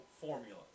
formula